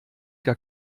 gar